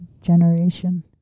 generation